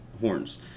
horns